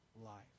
life